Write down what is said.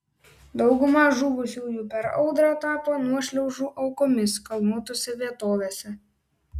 dauguma žuvusiųjų per audrą tapo nuošliaužų aukomis kalnuotose vietovėse